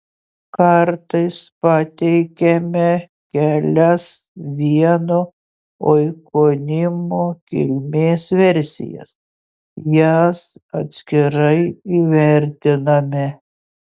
kartais pateikiame kelias vieno oikonimo kilmės versijas jas atskirai įvertiname